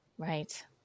Right